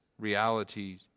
Reality